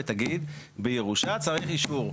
ויגידו בירושה צריך אישור.